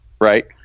right